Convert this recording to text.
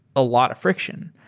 a lot of friction.